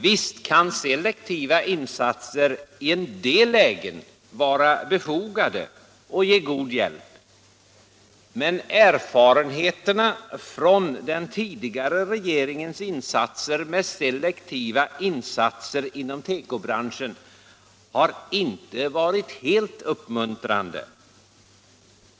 Visst kan selektiva insatser i en del lägen vara befogade och ge god hjälp, men erfarenheterna från den tidigare regeringens selektiva åtgärder inom tekobranschen har inte varit helt uppmuntrande.